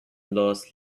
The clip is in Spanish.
los